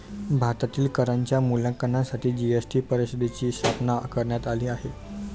भारतातील करांच्या मूल्यांकनासाठी जी.एस.टी परिषदेची स्थापना करण्यात आली आहे